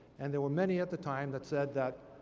and there were many, at the time, that said that